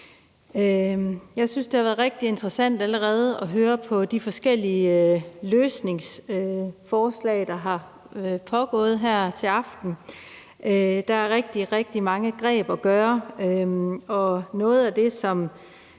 Jeg synes, det allerede har været rigtig interessant at høre på de forskellige løsningsforslag, der er kommet her til aften. Der er rigtig, rigtig mange greb, der kan bruges, og noget af det, som